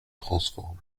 transforment